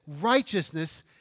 righteousness